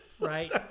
Right